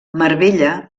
marbella